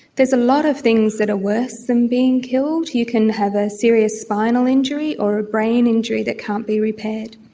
there's a lot of things that are worse than being killed. you can have a serious spinal injury or a brain injury that can't be repaired.